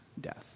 death